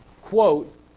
quote